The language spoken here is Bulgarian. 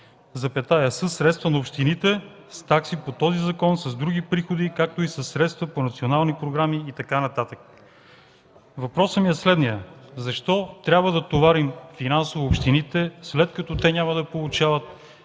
със средства на общините, с такси по този закон, с други приходи, както и със средства по национални програми” и така нататък. Въпросът ми е следният: защо трябва да товарим финансово общините, след като те няма да получават